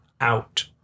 out